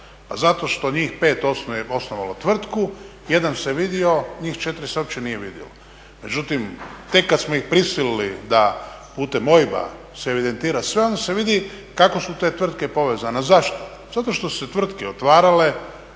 zato što njih pet osnovalo tvrtku, jedan se vidio, njih četiri se uopće nije vidjelo. Međutim tek kada smo ih prisilili da putem OIB-a se evidentira onda se vidi kako su te tvrtke povezane. Zašto? Zato što su se tvrtke otvarale,